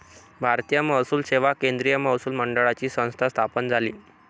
भारतीय महसूल सेवा केंद्रीय महसूल मंडळाची संस्था स्थापन झाली